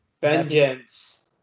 Vengeance